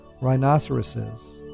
rhinoceroses